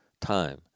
time